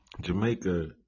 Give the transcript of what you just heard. Jamaica